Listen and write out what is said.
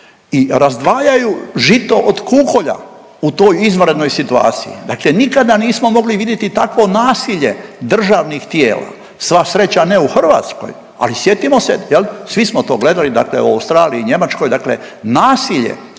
i razdvajaju žito od kukolja u toj izvanrednoj situaciji. Dakle nikada nismo mogli vidjeti takvo nasilje državnih tijela. Sva sreća ne u Hrvatskoj ali sjetimo se jel, svi smo to gledali dakle u Australiji i Njemačkoj dakle nasilje